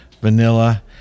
vanilla